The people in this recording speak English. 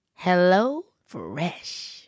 HelloFresh